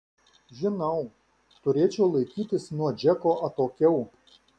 žinau turėčiau laikytis nuo džeko atokiau